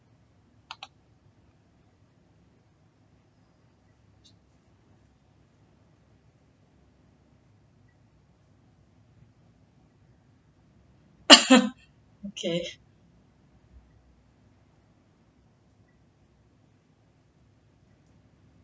okay